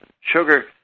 Sugar